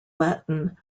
latin